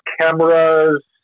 cameras